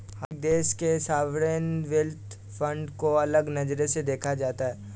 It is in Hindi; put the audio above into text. हर एक देश के सॉवरेन वेल्थ फंड को अलग नजर से देखा जाता है